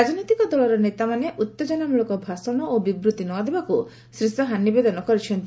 ରାଜନୈତିକ ଦଳର ନେତାମାନେ ଉତ୍ତେଜନାମୂଳକ ଭାଷଣ ଓ ବିବୃତ୍ତି ନ ଦେବାକୁ ଶ୍ରୀ ଶାହା ନିବେଦନ କରିଛନ୍ତି